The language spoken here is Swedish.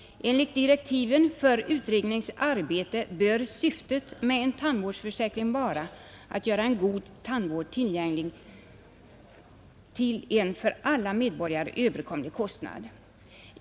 Enligt direktiven för utredningens arbete bör syftet med en tandvårdsförsäkring vara att göra en god tandvård tillgänglig till en för alla medborgare överkomlig kostnad.